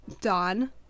Dawn